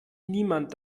niemand